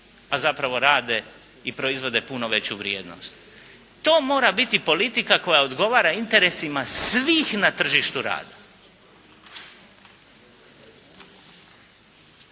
a zapravo rade i proizvode puno veću vrijednost. To mora biti politika koja odgovara interesima svih na tržištu rada.